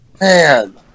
man